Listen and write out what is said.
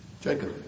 Jacob